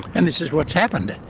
and this is what's happened.